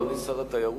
אדוני שר התיירות,